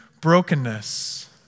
brokenness